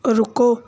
ਰੁਕੋ